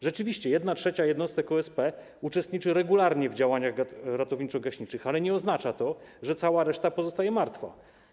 Rzeczywiście 1/3 jednostek OSP uczestniczy regularnie w działaniach ratowniczo-gaśniczych, ale nie oznacza to, że cała reszta pozostaje martwa.